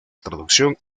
traducción